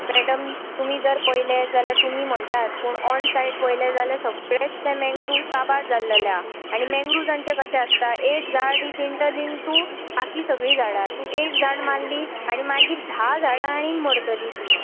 madam तुमी जर पळयलें जाल्यार तुमी म्हणटात पूण ऑन सायट पळयलें जाल्यार सगळेंच तें मँग्रुव्ज काबार जाल्लेलें आसा आनी मँग्रुव्जांचें कशें आसता एक झाड ईज इंटलींक टू बाकी सगळीं झाडां तूं एक झाड माल्ली आनी मागीर धा झाडां आनी मरतलीं तीं